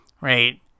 right